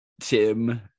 Tim